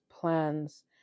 plans